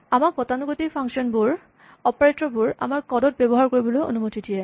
আমাক গতানুগতিক ফাংচন বোৰ অপাৰেটৰ বোৰ আমাৰ কড ত ব্যৱহাৰ কৰিবলৈ অনুমতি দিয়ে